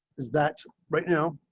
is that right now.